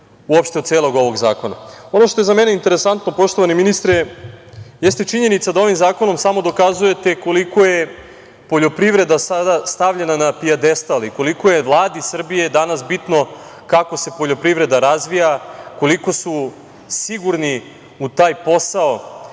uopšte celog ovog zakona. Ono što je za mene interesantno, poštovani ministre, jeste činjenica da ovim zakonom samo dokazujete koliko je poljoprivreda sada stavljena na pijedestal i koliko je Vladi Srbije danas bitno kako se poljoprivreda razvija, koliko su sigurni u taj posao